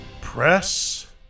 Press